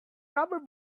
rubber